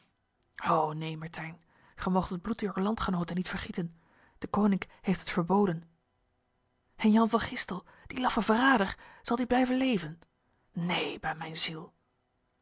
gij moogt het bloed uwer landgenoten niet vergieten deconinck heeft het verboden en jan van gistel die laffe verrader zal die blijven leven neen bij mijn ziel